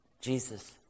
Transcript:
Jesus